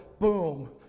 boom